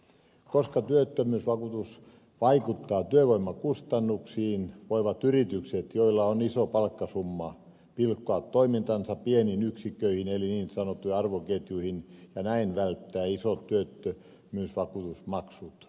koska työttömyysvakuutus vaikuttaa työvoimakustannuksiin voivat yritykset joilla on iso palkkasumma pilkkoa toimintansa pieniin yksiköihin eli niin sanottuihin arvoketjuihin ja näin välttää isot työttömyysvakuutusmaksut